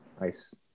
Nice